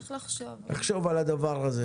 צריך לחשוב על הדבר הזה.